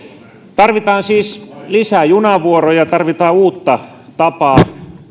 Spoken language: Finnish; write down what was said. tarvitaan siis lisää junavuoroja tarvitaan uutta tapaa